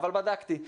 אבל בדקתי.